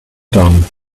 done